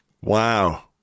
Wow